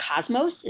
Cosmos